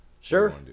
sure